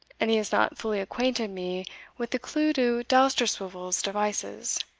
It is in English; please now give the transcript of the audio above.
and he has not fully acquainted me with the clew to dousterswivel's devices.